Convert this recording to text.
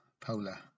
polar